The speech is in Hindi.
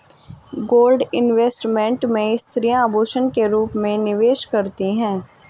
गोल्ड इन्वेस्टमेंट में स्त्रियां आभूषण के रूप में निवेश करती हैं